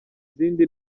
zindi